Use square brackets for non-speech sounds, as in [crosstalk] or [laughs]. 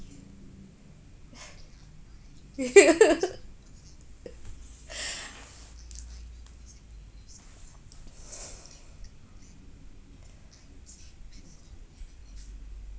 [laughs] [breath]